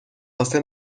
واسه